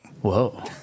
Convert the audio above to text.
Whoa